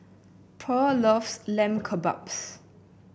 Purl loves Lamb Kebabs